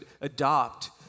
adopt